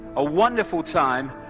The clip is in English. a wonderful time,